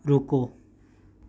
ਰੁਕੋ